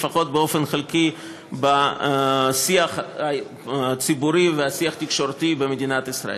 לפחות באופן חלקי בשיח הציבורי ובשיח התקשורתי במדינת ישראל.